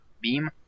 beam